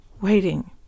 waiting